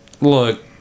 look